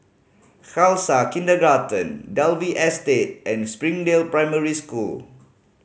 Khalsa Kindergarten Dalvey Estate and Springdale Primary School